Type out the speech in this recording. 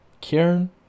Kieran